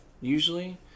usually